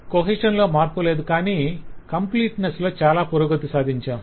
cohesion లో మార్పు లేదు కాని కంప్లీట్నెస్ లో చాల పురోగతి సాధించాం